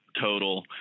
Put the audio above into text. total